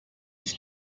ich